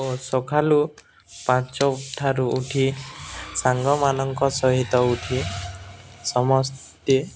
ଓ ସଖାଳୁ ପାଞ୍ଚଠାରୁ ଉଠି ସାଙ୍ଗମାନଙ୍କ ସହିତ ଉଠି ସମସ୍ତେ